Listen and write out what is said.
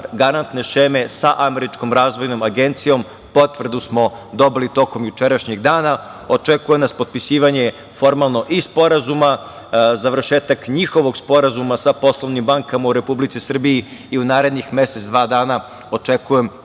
garantne šeme sa Američkom razvojnom agencijom. Potvrdu smo dobili tokom jučerašnjeg dana i očekuje nas potpisivanje formalno i sporazuma, završetak njihovog sporazuma sa poslovnim bankama u Republici Srbiji i u narednih mesec, dva dana očekujem